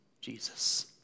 Jesus